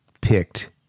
picked